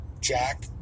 Jack